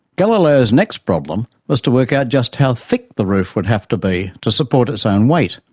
galileo's next problem was to work out just how thick the roof would have to be to support its own weight,